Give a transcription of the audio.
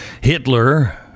Hitler